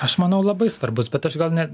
aš manau labai svarbus bet aš gal net